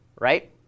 right